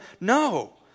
no